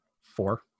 Four